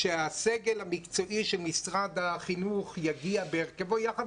שהסגל המקצועי של משרד החינוך יגיע בהרכבו יחד